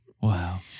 Wow